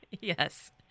Yes